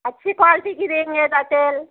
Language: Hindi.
अच्छी क्वालटी की देंगे त तेल